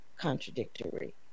contradictory